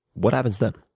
what happens then?